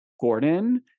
Gordon